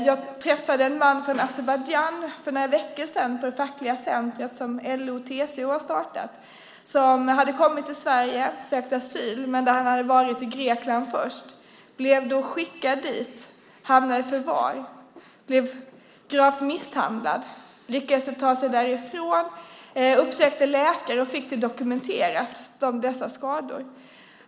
Jag träffade en man från Azerbajdzjan för några veckor sedan på det fackliga centret som LO och TCO har startat. Han hade kommit till Sverige och sökt asyl, men hade varit i Grekland först och blev därför skickad dit. Där hamnade han i förvar och blev grovt misshandlad, men lyckades ta sig därifrån, uppsökte läkare och fick skadorna dokumenterade.